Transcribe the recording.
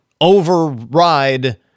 override